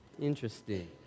Interesting